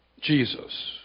Jesus